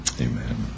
Amen